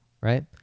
right